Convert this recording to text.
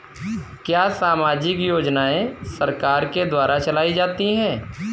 क्या सामाजिक योजनाएँ सरकार के द्वारा चलाई जाती हैं?